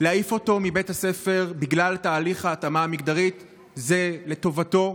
להעיף אותו מבית הספר בגלל תהליך ההתאמה המגדרית זה לטובתו?